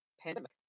pandemic